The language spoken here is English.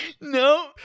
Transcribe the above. No